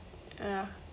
ya